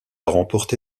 remporté